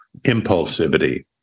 impulsivity